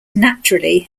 naturally